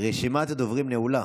רשימת הדוברים נעולה.